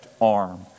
arm